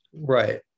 Right